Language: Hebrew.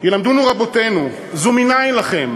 "ילמדונו רבותינו, זו מנין לכם?